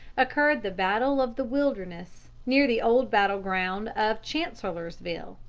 occurred the battle of the wilderness, near the old battleground of chancellorsville.